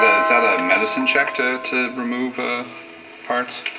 is that a medicine check to to remove ah parts?